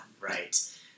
right